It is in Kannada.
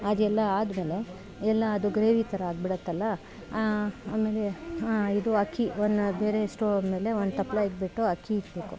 ಅದೆಲ್ಲ ಆದಮೇಲೆ ಎಲ್ಲ ಅದು ಗ್ರೇವಿ ಥರ ಆಗ್ಬಿಡುತ್ತೆಲ್ಲ ಆಮೇಲೆ ಇದು ಅಕ್ಕಿ ಅನ್ನು ಬೇರೆ ಸ್ಟೋ ಮೇಲೆ ಒಂದು ತಪಲೆ ಇಟ್ಬಿಟ್ಟು ಅಕ್ಕಿ ಇಕ್ಬೇಕು